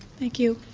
thank you.